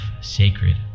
sacred